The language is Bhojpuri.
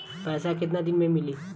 पैसा केतना दिन में मिली?